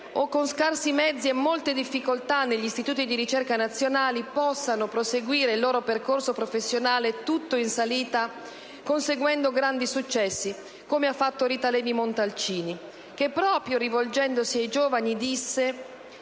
o con scarsi mezzi e molte difficoltà negli istituti di ricerca nazionali, possano proseguire il loro percorso professionale tutto in salita, conseguendo grandi successi, come ha fatto Rita Levi-Montalcini, che proprio rivolgendosi ai giovani disse: